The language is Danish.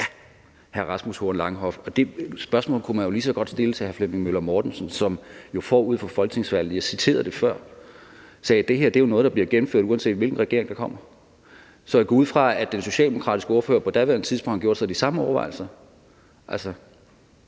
Ja, hr. Rasmus Horn Langhoff, og det spørgsmål kunne man lige så godt stille til hr. Flemming Møller Mortensen, som jo forud for folketingsvalget – jeg citerede det før – sagde, at det her jo er noget, der bliver gennemført, uanset hvilken regering der kommer. Så jeg går ud fra, at den socialdemokratiske ordfører på daværende tidspunkt har gjort sig de samme overvejelser. Så